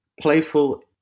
playful